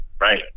right